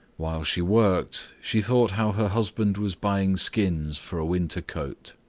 while she worked she thought how her husband was buying skins for a winter coat.